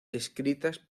escritas